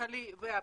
כלכלי ובריאותי,